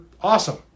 awesome